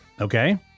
Okay